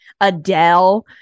Adele